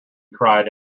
cried